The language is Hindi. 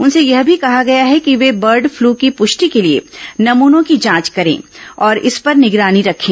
उनसे यह भी कहा गया है कि वे बर्ड फ्लू की पुष्टि के लिए नमूनों की जांच करें और इस पर निगरानी रखें